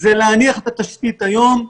זה להניח את התשתית היום.